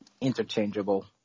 interchangeable